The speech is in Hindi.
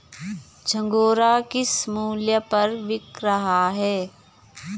झंगोरा किस मूल्य पर बिक रहा है?